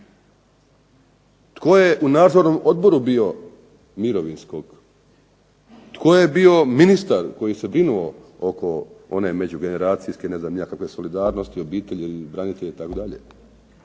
Tko je u nadzornom odboru bio mirovinskog, tko je bio ministar koji se brinuo oko one međugeneracijske ne znam ni ja kakve solidarnosti, obitelji, branitelja itd. Je